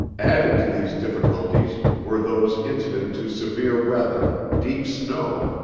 added to these difficulties were those incident to severe weather, deep snow,